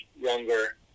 younger